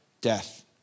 death